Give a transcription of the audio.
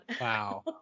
Wow